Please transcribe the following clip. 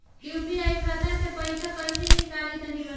UPI खाता से पइसा कइसे निकली तनि बताई?